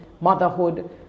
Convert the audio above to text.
motherhood